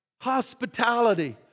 hospitality